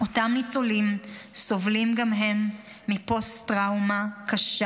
אותם ניצולים סובלים גם הם מפוסט-טראומה קשה.